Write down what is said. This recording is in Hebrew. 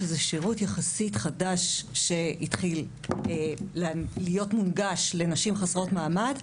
שזה שירות יחסית חדש שהתחיל להיות מונגש לנשים חסרות מעמד.